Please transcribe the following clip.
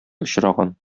очраган